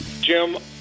Jim